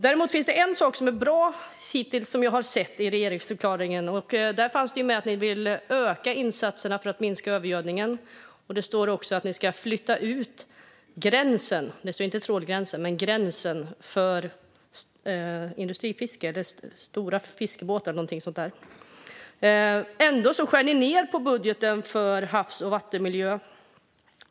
Däremot finns det en sak som jag hittills har sett som är bra i regeringsförklaringen. Där står det att ni vill öka insatserna för att minska övergödningen. Det står också att ni ska flytta ut gränsen - det står inte "trålgränsen" men "gränsen" - för industrifiske, stora fiskebåtar eller någonting sådant. Ändå skär ni ned på budgeten för havs och vattenmiljö.